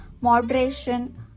moderation